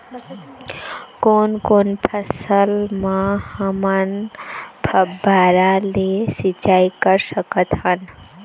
कोन कोन फसल म हमन फव्वारा ले सिचाई कर सकत हन?